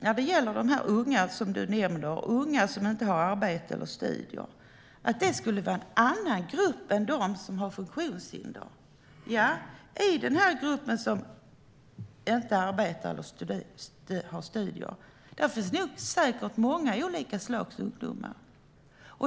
När det gäller den här gruppen unga som du nämner som varken har arbete eller studerar och att det skulle vara en annan grupp än de som har funktionshinder tror jag att det nog säkert finns många olika slags ungdomar.